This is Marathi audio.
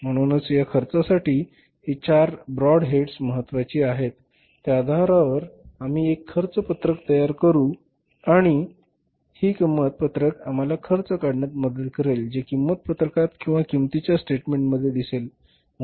म्हणूनच या खर्चासाठी ही चार ब्रॉड हेड्स महत्त्वाची आहेत त्या आधारावर आम्ही एक खर्च पत्रक तयार करू आणि ही किंमत पत्रक आम्हाला खर्च काढण्यात मदत करेल जे किंमत पत्रकात किंवा किंमतीच्या स्टेटमेंटमध्ये दिसेल